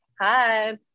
Hi